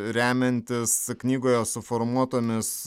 remiantis knygoje suformuotomis